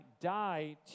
die